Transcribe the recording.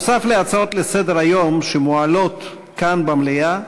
נוסף על הצעות לסדר-היום שמועלות כאן במליאה,